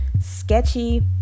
sketchy